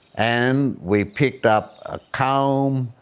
and we picked up a comb,